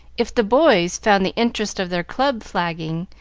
if the boys found the interest of their club flagging,